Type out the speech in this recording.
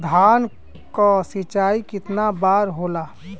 धान क सिंचाई कितना बार होला?